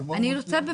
אני רוצה,